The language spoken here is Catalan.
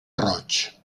roig